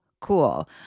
cool